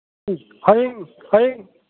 ꯍꯌꯦꯡ ꯍꯌꯦꯡ